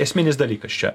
esminis dalykas čia